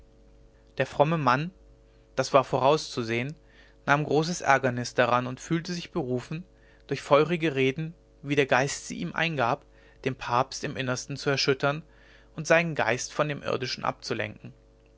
der fromme mann das war vorauszusehen nahm großes ärgernis daran und fühlte sich berufen durch feurige reden wie der geist sie ihm eingab den papst im innersten zu erschüttern und seinen geist von dem irdischen abzulenken